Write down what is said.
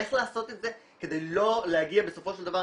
איך לעשות את זה כדי לא להגיע בסופו של דבר,